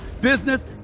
business